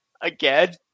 again